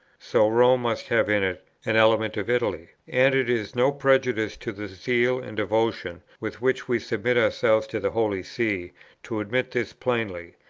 so rome must have in it an element of italy and it is no prejudice to the zeal and devotion with which we submit ourselves to the holy see to admit this plainly.